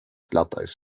glatteis